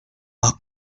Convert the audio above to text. are